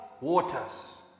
waters